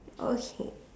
okay